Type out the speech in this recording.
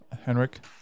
Henrik